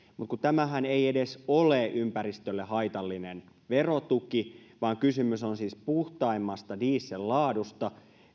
mutta tämähän ei edes ole ympäristölle haitallinen verotuki vaan kysymys on siis puhtaimmasta diesel laadusta